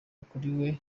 akuriwe